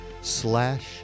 slash